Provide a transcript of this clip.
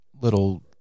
little